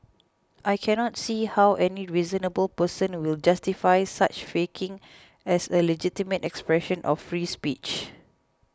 I can not see how any reasonable person will justify such faking as a legitimate expression of free speech